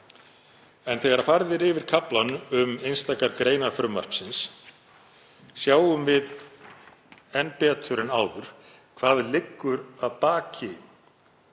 En þegar farið er yfir kaflann um einstakar greinar frumvarpsins sjáum við enn betur en áður hvað liggur að baki